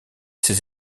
ses